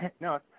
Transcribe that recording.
No